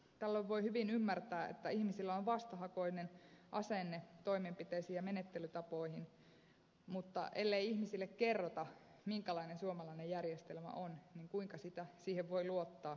tällöin voi hyvin ymmärtää että ihmisillä on vastahakoinen asenne toimenpiteisiin ja menettelytapoihin mutta ellei ihmisille kerrota minkälainen suomalainen järjestelmä on niin kuinka siihen voi luottaa ja tukeutua